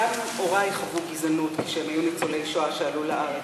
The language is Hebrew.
וגם הורי חוו גזענות כשהם היו ניצולי שואה שעלו לארץ.